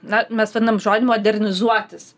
na mes vadinam žodį modernizuotis